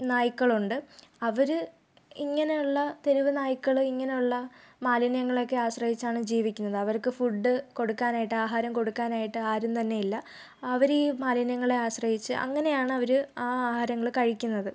നായ്ക്കളുണ്ട് അവർ ഇങ്ങനെയുള്ള തെരുവ് നായ്ക്കൾ ഇങ്ങനെയുള്ള മാലിന്യങ്ങളൊക്കെ ആശ്രയിച്ചാണ് ജീവിക്കുന്നത് അവർക്ക് ഫുഡ് കൊടുക്കാനായിട്ട് ആഹാരം കൊടുക്കാനായിട്ട് ആരും തന്നെ ഇല്ല അവർ ഈ മാലിന്യങ്ങളെ ആശ്രയിച്ച് അങ്ങനെയാണ് അവർ ആ ആഹാരങ്ങൾ കഴിക്കുന്നത്